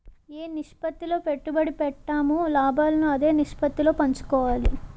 ఏ నిష్పత్తిలో పెట్టుబడి పెట్టామో లాభాలను అదే నిష్పత్తిలో పంచుకోవాలి